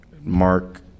mark